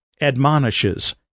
admonishes